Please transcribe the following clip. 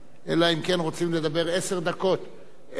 במקום חמש דקות.